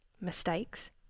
mistakes